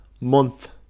month